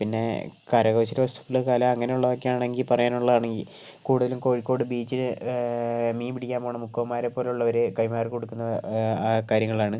പിന്നെ കരകൗശലവസ്തുക്കൾ കല അങ്ങനെയുള്ളതൊക്കെയാണെങ്കിൽ പറയാനുള്ളതാണെങ്കിൽ കൂടുതലും കോഴിക്കോട് ബീച്ച് മീൻ പിടിക്കാൻ പോണ മുക്കുവന്മാരെ പോലുള്ളവർ കൈമാറി കൊടുക്കുന്ന കാര്യങ്ങളാണ്